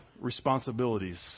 responsibilities